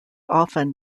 often